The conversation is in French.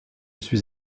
suis